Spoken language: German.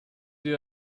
dir